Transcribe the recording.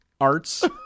arts